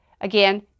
Again